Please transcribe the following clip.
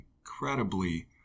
incredibly